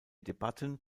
debatten